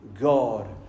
God